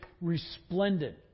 resplendent